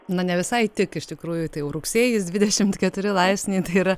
na ne visai tik iš tikrųjų tai jau rugsėjis dvidešimt keturi laipsniai yra